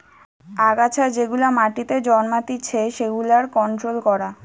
আগাছা যেগুলা মাটিতে জন্মাতিচে সেগুলার কন্ট্রোল করা